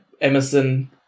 Emerson